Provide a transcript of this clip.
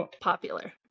popular